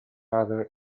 other